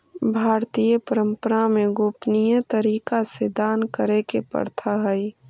भारतीय परंपरा में गोपनीय तरीका से दान करे के प्रथा हई